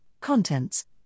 contents